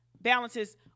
balances